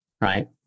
right